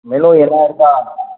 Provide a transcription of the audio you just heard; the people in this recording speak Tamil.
மெனு என்ன இருக்கா